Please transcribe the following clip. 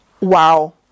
Wow